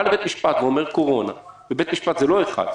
לבית משפט ואומר קורונה ובית משפט זה לא אחד,